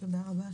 תודה רבה.